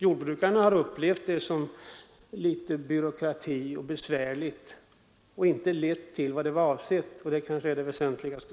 Jordbrukarna har upplevt den här ransoneringen som en besvärlig byråkrati och anser att den egentligen inte har fyllt sitt ändamål — och det kanske är det väsentligaste.